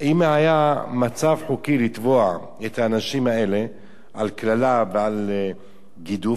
אם היה מצב חוקי לתבוע את האנשים האלה על קללה ועל גידוף,